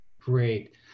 Great